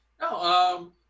No